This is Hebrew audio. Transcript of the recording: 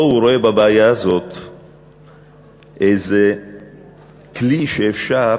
או שהוא רואה בבעיה הזאת איזה כלי שאפשר